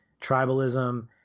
tribalism